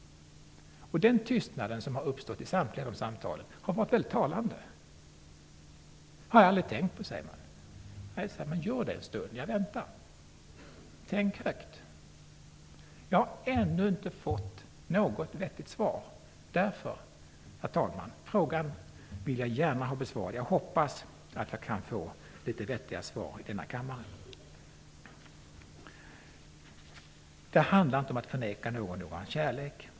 Den tystnad som då har uppstått i samtliga dessa samtal har varit mycket talande. Det har jag aldrig tänkt på, säger man. Jag säger: Gör det en stund, jag väntar. Tänk högt. Jag har ännu inte fått något vettigt svar. Herr talman! Jag vill gärna ha den frågan besvarad. Jag hoppas att jag kan få litet vettiga svar i denna kammare. Herr talman! Det handlar inte om att förneka någon kärlek.